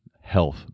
health